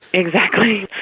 exactly.